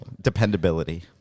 Dependability